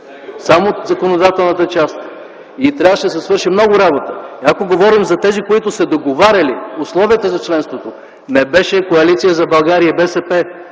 само в законодателната част. Трябваше да се свърши много работа. Ако говорим за тези, които са договаряли условията за членството, това не беше Коалиция за България и БСП,